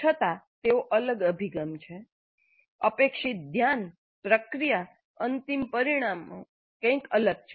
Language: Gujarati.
છતાં તેઓ અલગ અભિગમ છે અપેક્ષિત ધ્યાન પ્રક્રિયા અંતિમ પરિણામો કંઈક અલગ છે